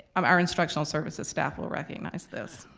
um our instructional services staff will recognize this.